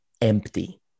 empty